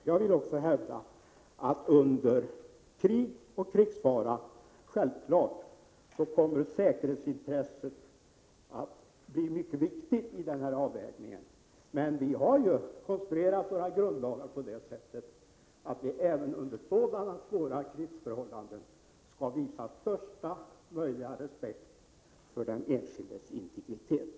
Jag vill också hävda att säkerhetsintresset kommer att bli mycket viktigt under krig och krigsfara. Men vi har ju konstruerat våra grundlagar på ett sådant sätt att vi även under svåra krigsförhållanden skall kunna visa största möjliga respekt för den enskildes integritet.